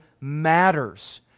matters